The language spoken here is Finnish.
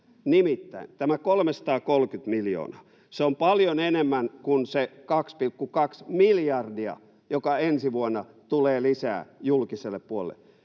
Nimittäin tämä 330 miljoonaa on paljon enemmän kuin se 2,2 miljardia, joka ensi vuonna tulee lisää julkiselle puolelle.